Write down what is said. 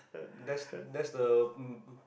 that's that's the um